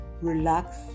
relax